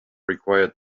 required